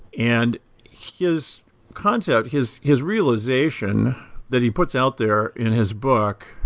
and his concept, his his realization that he puts out there in his book,